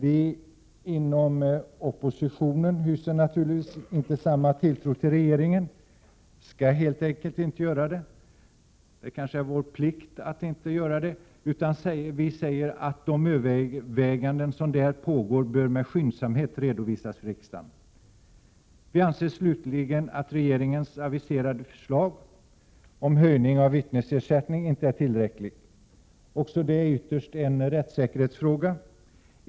Vi inom oppositionen hyser naturligtvis inte samma tilltro till regeringen — och skall helt enkelt inte göra det; det kanske är vår plikt att inte göra det — utan vi säger att de överväganden som där pågår med skyndsamhet bör redovisas för riksdagen. Slutligen anser vi att regeringens aviserade förslag om höjning av vittnesersättningen inte är tillräckligt. Också detta är ytterst en rättssäkerhetsfråga.